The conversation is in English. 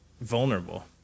vulnerable